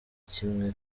kimwe